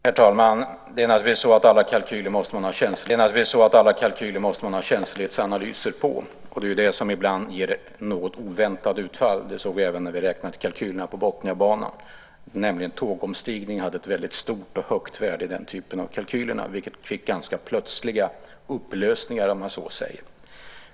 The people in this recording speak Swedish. Herr talman! Det är naturligtvis så att det måste göras känslighetsanalyser på alla kalkyler, och det är ju det som ibland ger något oväntade utfall. Det såg vi även när vi räknade på kalkylerna för Botniabanan, eftersom tågomstigning hade ett väldigt högt värde i den typen av kalkyl, vilket fick ganska plötsliga upplösningar, om man så säger.